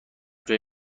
جای